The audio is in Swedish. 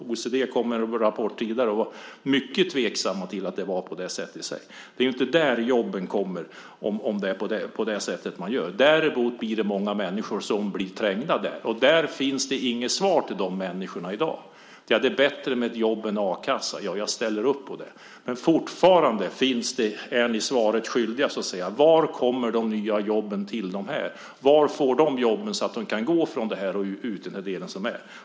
OECD kom med en rapport tidigare där man var mycket tveksam till att det var på det sättet. Det är inte där jobben kommer, om man gör på det sättet. Däremot är det många människor som blir trängda. Och det finns inget svar till de människorna i dag. Ja, det är bättre med ett jobb än med a-kassa - jag ställer upp på det - men fortfarande är ni svaret skyldiga: Var kommer de nya jobben till dessa människor? Var får de jobb så att de kan gå från den situation de är i i dag?